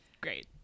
great